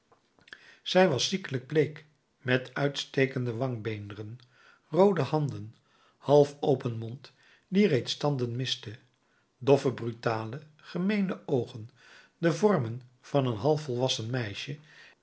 zij was ziekelijk bleek met uitstekende wangbeenderen roode handen half open mond die reeds tanden miste doffe brutale gemeene oogen de vormen van een halfvolwassen meisje